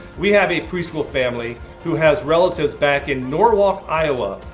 we have a preschool family who has relatives back in norwalk, iowa,